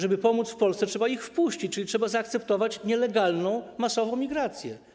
Żeby pomóc w Polsce, trzeba ich wpuścić, czyli trzeba zaakceptować nielegalną masową migrację.